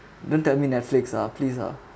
don't tell me netflix lah please ah